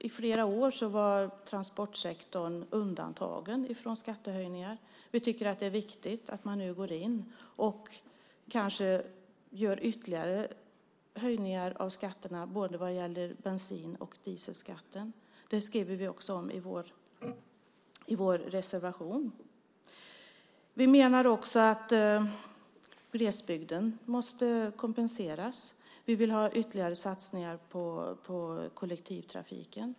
I flera år var transportsektorn undantagen ifrån skattehöjningar. Vi tycker att det är viktigt att man nu gör ytterligare höjningar av skatterna på bensin och diesel. Det skriver vi också om i vår reservation. Vi menar också att glesbygden måste kompenseras. Vi vill ha ytterligare satsningar på kollektivtrafiken.